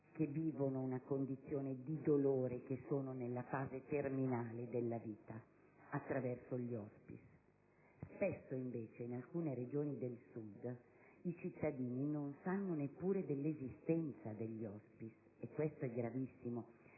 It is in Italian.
che vivono una condizione di dolore e che sono nella fase terminale della vita attraverso gli *hospice.* Spesso invece in alcune Regioni del Sud i cittadini non sanno neppure dell'esistenza degli *hospice* - il che è gravissimo